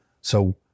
So-